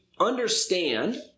understand